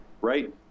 right